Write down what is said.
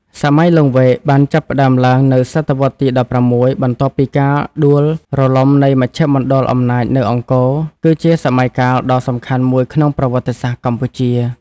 សម័យលង្វែក បានចាប់ផ្ដើមឡើងនៅសតវត្សរ៍ទី ១៦ បន្ទាប់ពីការដួលរលំនៃមជ្ឈមណ្ឌលអំណាចនៅអង្គរ គឺជាសម័យកាលដ៏សំខាន់មួយក្នុងប្រវត្តិសាស្ត្រកម្ពុជា។